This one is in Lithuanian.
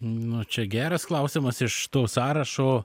na čia geras klausimas iš to sąrašo